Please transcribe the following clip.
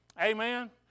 Amen